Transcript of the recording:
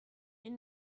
ils